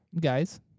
Guys